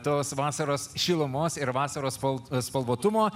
tos vasaros šilumos ir vasaros folk spalvotumo